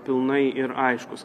pilnai ir aiškus